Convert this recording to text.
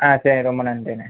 ஆ சரி ரொம்ப நன்றிண்ணே